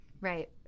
Right